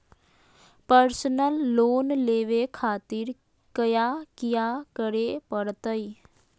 Personal loan लेवे खातिर कया क्या करे पड़तइ?